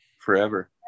forever